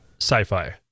sci-fi